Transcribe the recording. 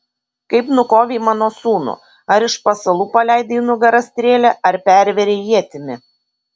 kaip nukovei mano sūnų ar iš pasalų paleidai į nugarą strėlę ar pervėrei ietimi